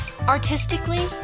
artistically